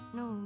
no